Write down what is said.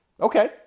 Okay